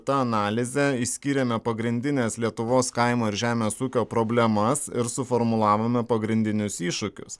ta analize išskyrėme pagrindines lietuvos kaimo ir žemės ūkio problemas ir suformulavome pagrindinius iššūkius